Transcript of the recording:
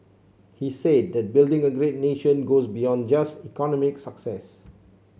he said that building a great nation goes beyond just economic success